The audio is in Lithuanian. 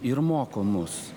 ir moko mus